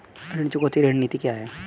ऋण चुकौती रणनीति क्या है?